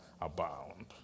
abound